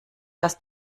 das